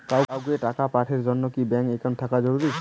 কাউকে টাকা পাঠের জন্যে কি ব্যাংক একাউন্ট থাকা জরুরি?